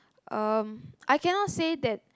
um I cannot say that